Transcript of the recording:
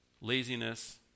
Laziness